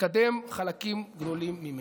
לקדם חלקים גדולים ממנה.